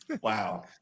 Wow